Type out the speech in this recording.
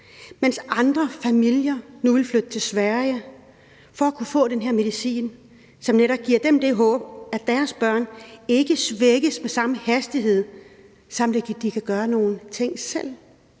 at andre familier nu vil flytte til Sverige, hvor de kan få den her medicin, som netop giver dem det håb, at deres børn ikke svækkes i samme hastighed, sådan at de fortsat kan gøre nogle ting selv,